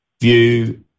view